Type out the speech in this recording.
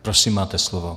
Prosím, máte slovo.